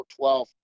12